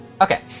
Okay